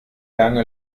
lange